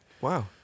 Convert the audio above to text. Wow